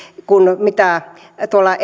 kuin mitä tuolla